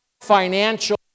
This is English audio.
financial